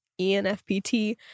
ENFPT